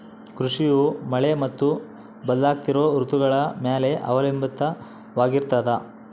ಕೃಷಿಯು ಮಳೆ ಮತ್ತು ಬದಲಾಗುತ್ತಿರೋ ಋತುಗಳ ಮ್ಯಾಲೆ ಅವಲಂಬಿತವಾಗಿರ್ತದ